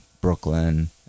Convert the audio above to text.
Brooklyn